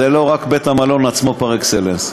זה לא רק בית-המלון עצמו פר-אקסלנס.